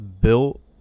built